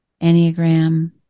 Enneagram